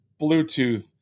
Bluetooth